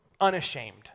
unashamed